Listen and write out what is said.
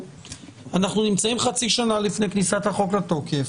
אנחנו נמצאים חצי שנה לפני כניסת החוק לתוקף.